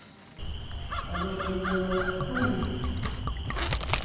ᱟᱫᱚ ᱤᱧᱫᱚ